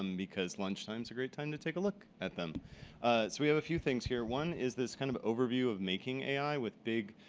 um because lunchtime is a great time to take a look at them. so we have a few things here. one is this kind of overview of making ai with big